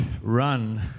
run